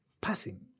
passing